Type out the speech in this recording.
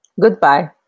Goodbye